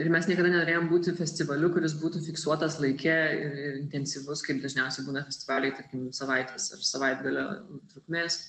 ir mes niekada nenorėjom būti festivaliu kuris būtų fiksuotas laike ir ir intensyvus kaip dažniausiai būna festivaliai tarkim savaitės ar savaitgalio trukmės